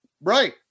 right